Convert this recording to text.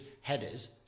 headers